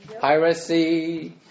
Piracy